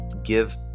give